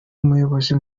umuyobozi